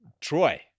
troy